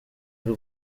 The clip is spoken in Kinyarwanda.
y’u